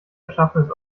erschaffenes